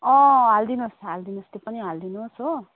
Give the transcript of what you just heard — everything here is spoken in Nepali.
अँ हालिदिनुहोस् हालिदिनुहोस् त्यो पनि हालिदिनुहोस् हो